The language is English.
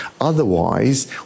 otherwise